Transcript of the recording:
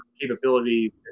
capability